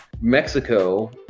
mexico